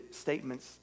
statements